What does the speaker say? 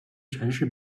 全市